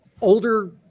older